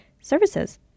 services